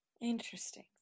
Interesting